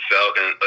Falcon